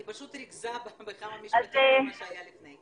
היא פשוט ריכזה בכמה משפטים את מה שהיה לפני.